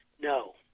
no